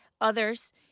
others